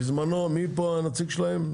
בזמנו מי היה הנציג שלהם?